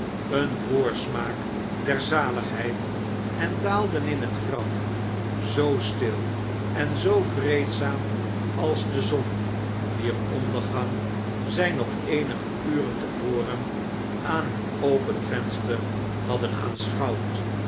een voorsmaak der zaligheid en daalden in het graf zoo stil en zoo vreedzaam als de zon wier ondergang zij nog eenige uren te voren aan hun open venster hadden